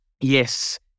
Yes